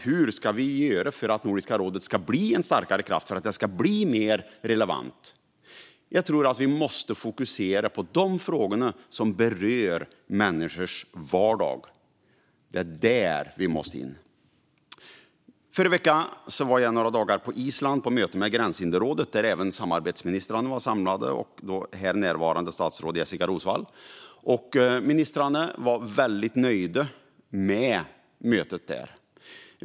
Hur ska vi då göra för att Nordiska rådet ska bli en starkare kraft och mer relevant? Jag tror att vi måste fokusera på de frågor som rör människors vardag. Förra veckan var jag några dagar på Island på möte med Gränshinderrådet. Där var även samarbetsministrarna samlade, inklusive statsrådet Jessika Roswall, och ministrarna var väldigt nöjda med mötet.